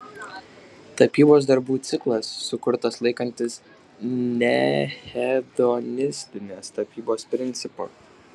tapybos darbų ciklas sukurtas laikantis nehedonistinės tapybos principų